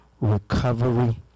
recovery